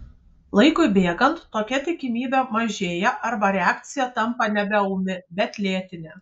laikui bėgant tokia tikimybė mažėja arba reakcija tampa nebe ūmi bet lėtinė